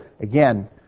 again